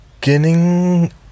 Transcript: beginning